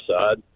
side